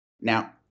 Now